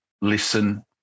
listen